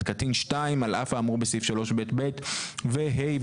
קטין 2. על אף האמור בסעיפים 3ב(ב) ו-(ה)